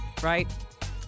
Right